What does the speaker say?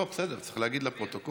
לא, בסדר, צריך להגיד, לפרוטוקול.